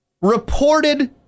reported